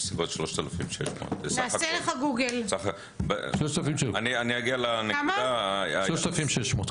בסביבות 3,000. אגיע לנקודה --- 3,600.